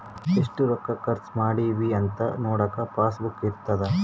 ಎಷ್ಟ ರೊಕ್ಕ ಖರ್ಚ ಮಾಡಿವಿ ಅಂತ ನೋಡಕ ಪಾಸ್ ಬುಕ್ ಇರ್ತದ